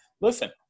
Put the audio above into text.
Listen –